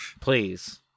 Please